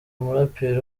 umuraperi